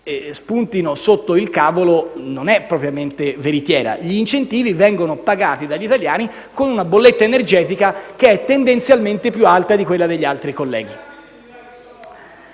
spuntino sotto il cavolo non è propriamente veritiera; gli incentivi vengono pagati dagli italiani con una bolletta energetica che è tendenzialmente più alta di quella degli altri Paesi.